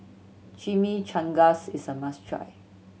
chimichangas is a must try